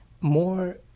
more